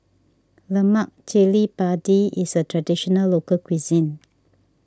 Lemak Cili Padi is a Traditional Local Cuisine